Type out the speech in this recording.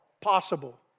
possible